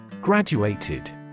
Graduated